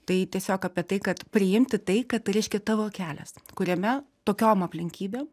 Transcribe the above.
tai tiesiog apie tai kad priimti tai kad tai reiškia tavo kelias kuriame tokiom aplinkybėm